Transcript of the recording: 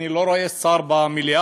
אני לא רואה שר במליאה,